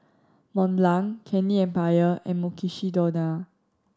Mont Blanc Candy Empire and Mukshidonna